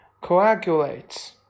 coagulates